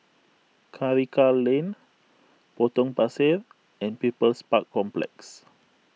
Karikal Lane Potong Pasir and People's Park Complex